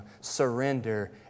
surrender